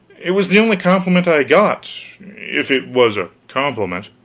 it was the only compliment i got if it was a compliment.